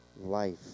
life